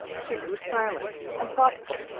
she grew silent and thoughtful,